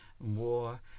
war